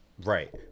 Right